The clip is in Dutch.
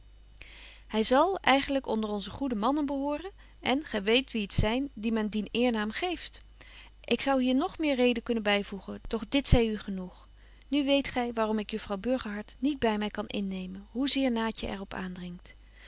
hy zal eigenlyk onder onze goede mannen behoren en gy weet wie het zyn die men dien eernaam geeft ik zou hier nog meer reden kunnen byvoegen doch dit zy u genoeg nu weet gy waaröm ik juffrouw burgerhart niet by my kan in nemen hoe zeer naatje er op aandringt